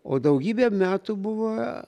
o daugybę metų buvo